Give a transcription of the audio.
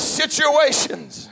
situations